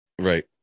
Right